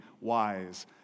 wise